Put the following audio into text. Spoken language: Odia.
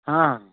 ହଁ